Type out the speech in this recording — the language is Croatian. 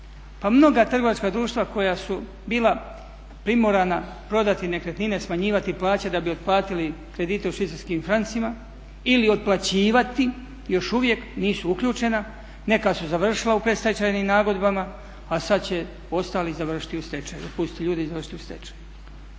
mnoga trgovačka društva koja su bila primorana prodati nekretnine, smanjivati plaće da bi otplatili kredite u švicarskim francima ili otplaćivati još uvijek nisu uključena, neka su završila u predstečajnim nagodbama a sada će ostali završiti u stečaju, otpustiti ljude i završiti u stečaju.